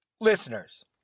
Listeners